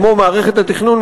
כמו מערכת התכנון,